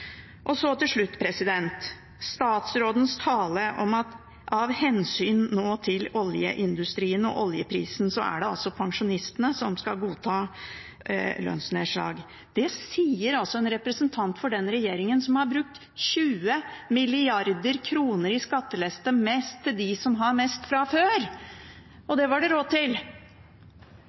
Til slutt til statsrådens tale om at av hensyn til oljeindustrien og oljeprisen er det pensjonistene som skal godta lønnsnedslag. Det sier altså en representant for den regjeringen som har brukt 20 mrd. kr i skattelette – mest til dem som har mest fra før. Det hadde man råd til.